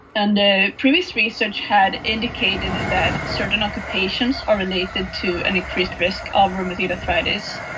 and the previous research had indicated that certain occupations are related to an increased risk of rheumatoid arthritis,